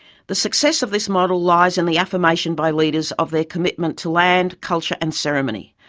the success of this model lies in the affirmation by leaders of their commitment to land, culture and ceremony,